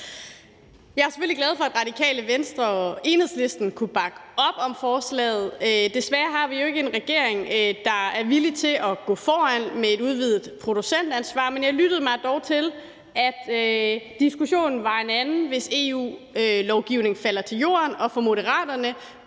Jeg er selvfølgelig glad for, at Radikale Venstre og Enhedslisten kunne bakke op om forslaget. Desværre har vi jo ikke en regering, der er villig til at gå foran med et udvidet producentansvar, men jeg lyttede mig dog til, at diskussionen var en anden, hvis EU-lovgivningen falder til jorden. Og for Moderaterne